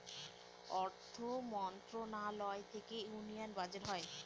অর্থ মন্ত্রণালয় থেকে ইউনিয়ান বাজেট হয়